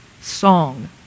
song